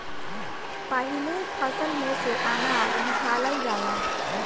पाहिले फसल में से अनाज निकालल जाला